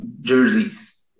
jerseys